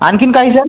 आणखीन काहीजण